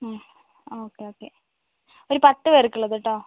അ okay okay ഒരു പത്ത് പേർക്കുള്ളത് കെട്ടോ